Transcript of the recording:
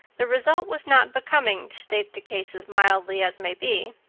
the result was not becoming, to state the case as mildly as may be.